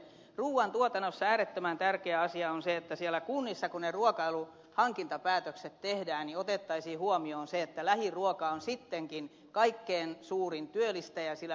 ruuan tuotannossa äärettömän tärkeä asia on se kun siellä kunnissa niitä ruokailuhankintapäätöksiä tehdään että otettaisiin huomioon se että lähiruoka on sittenkin kaikkein suurin työllistäjä sillä lähialueella